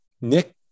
nick